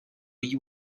you